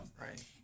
right